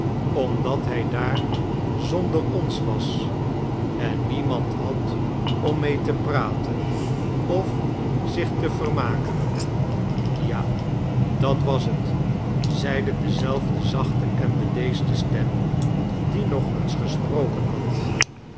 omdat hij daar zonder ons was en niemand had om mee te praten of zich te vermaken ja dat was het zeide dezelfde zachte en bedeesde stem die nog eens gesproken had